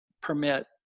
permit